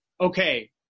okay